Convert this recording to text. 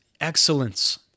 excellence